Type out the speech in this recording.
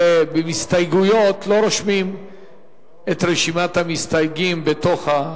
בהסתייגויות לא רושמים את רשימת המסתייגים בתוך,